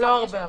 לא הרבה.